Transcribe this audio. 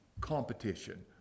competition